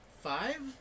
five